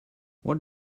what